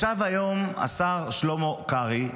ישב היום השר שלמה קרעי,